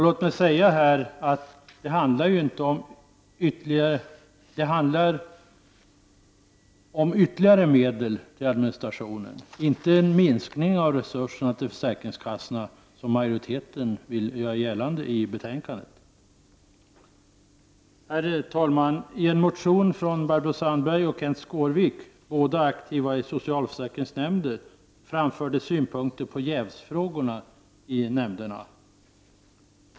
Låt mig säga att det här handlar om ytterligare medel till administrationen, inte en minskning av resurserna till försäkringskassorna, vilket majoriteten vill göra gällande i betänkandet. Herr talman! I en motion från Barbro Sandberg och Kenth Skårvik, båda aktiva inom socialförsäkringsnämnder, framförs det synpunkter på jävsfrågorna i socialförsäkringsnämnderna.